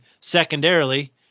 secondarily